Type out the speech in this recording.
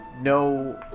No